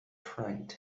frightened